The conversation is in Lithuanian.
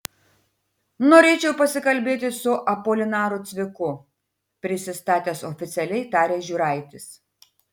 norėčiau pasikalbėti su apolinaru cviku prisistatęs oficialiai tarė žiūraitis